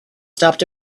stopped